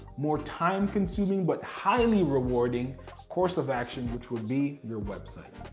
more time consuming, but highly rewarding course of action, which would be your website.